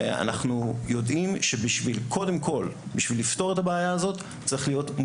אנחנו יודעים שבשביל לפתור את הבעיה הזו צריך להיות,